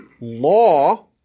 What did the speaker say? law